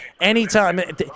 anytime